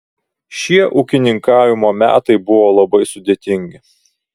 šie ūkininkavimo metai buvo labai sudėtingi